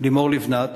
לימור לבנת,